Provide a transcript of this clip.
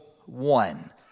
one